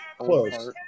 Close